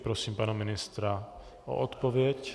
Prosím pana ministra o odpověď.